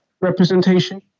representation